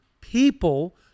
people